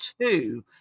two